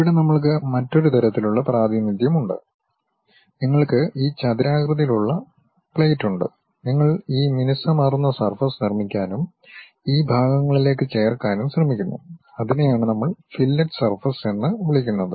ഇവിടെ നമ്മൾക്ക് മറ്റൊരു തരത്തിലുള്ള പ്രാതിനിധ്യം ഉണ്ട് നിങ്ങൾക്ക് ഈ ചതുരാകൃതിയിലുള്ള പ്ലേറ്റ് ഉണ്ട് നിങ്ങൾ ഈ മിനുസമാർന്ന സർഫസ് നിർമ്മിക്കാനും ഈ ഭാഗങ്ങളിലേക്ക് ചേർക്കാനും ശ്രമിക്കുന്നു അതിനെയാണ് നമ്മൾ ഫില്ലറ്റ് സർഫസ് എന്ന് വിളിക്കുന്നത്